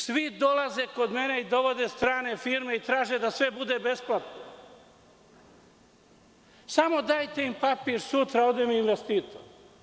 Svi dolaze kod mene i dovode strane firme i traže da sve bude besplatno, samo dajte im papir sutra, ode im investitor.